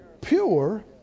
pure